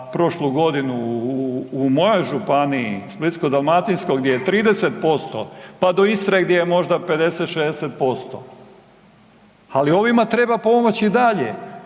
prošlu godinu, u mojoj županiji Splitsko-dalmatinskoj gdje je 30%, pa do Istre gdje možda 50-60%, ali ovima treba pomoć i dalje.